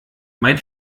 mein